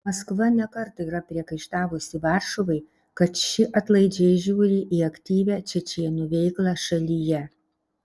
maskva ne kartą yra priekaištavusi varšuvai kad ši atlaidžiai žiūri į aktyvią čečėnų veiklą šalyje